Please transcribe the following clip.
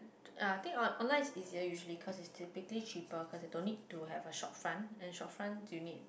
uh I think online is easier usually cause is typically cheaper cause you don't need to have a shopfront and shopfront you need